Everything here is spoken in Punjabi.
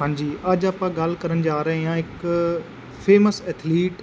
ਹਾਂਜੀ ਅੱਜ ਆਪਾਂ ਗੱਲ ਕਰਨ ਜਾ ਰਹੇ ਹਾਂ ਇੱਕ ਫੇਮਸ ਐਥਲੀਟ